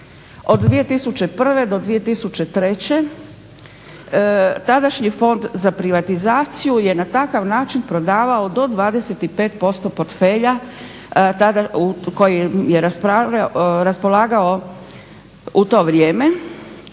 Od 2001. do 2003. tadašnji Fond za privatizaciju je na takav način prodavao do 25% portfelja koji je raspolagao u to vrijeme,